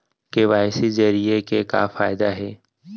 KYC जरिए के का फायदा हे?